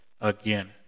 Again